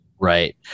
Right